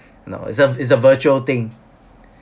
no is a is a virtual thing